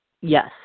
Yes